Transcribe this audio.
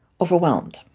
overwhelmed